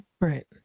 Right